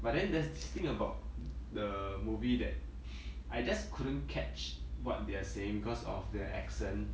but then there's this thing about the movie that I just couldn't catch what they are saying because of their accent